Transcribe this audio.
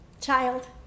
child